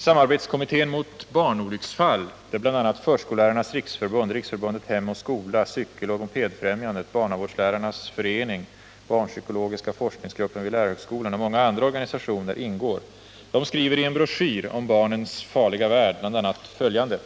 Samarbetskommittén mot barnolycksfall, där bl.a. Förskollärarnas riksförbund, Riksförbundet Hem och skola, Cykeloch mopedfrämjandet, Barnavårdslärarnas förening, Barnpsykologiska forskningsgruppen vid lärarhögskolan och många andra organisationer ingår, skriver i en broschyr om ”barnens farliga värld” bl.a. följande: